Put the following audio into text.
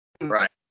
right